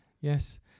Yes